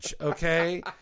Okay